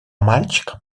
мальчика